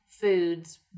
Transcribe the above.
foods